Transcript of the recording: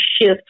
shift